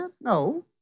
No